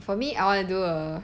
for me I want to do uh